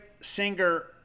singer